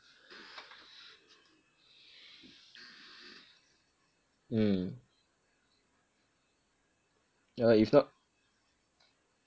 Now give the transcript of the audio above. mm yah if not